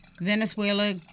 Venezuela